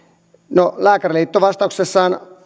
no lääkäriliitto vastauksessaan